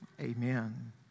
Amen